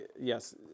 yes